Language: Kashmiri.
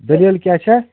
دٔلیٖل کیٛاہ چھَ